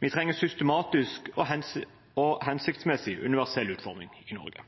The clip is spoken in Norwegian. Vi trenger systematisk og hensiktsmessig universell utforming i Norge.